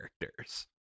characters